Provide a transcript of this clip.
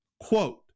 Quote